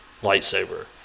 lightsaber